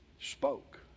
Spoke